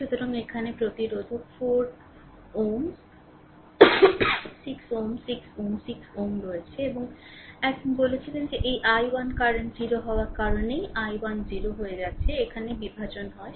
সুতরাং এখানে 5 প্রতিরোধক 4 Ω 6 Ω 6 Ω 6 Ω রয়েছে এবং একজন বলেছিলেন যে এই i1 কারেন্ট 0 হওয়ার কারণেই i1 0 হয়ে যাচ্ছে এখানে বিভাজন 0 হয়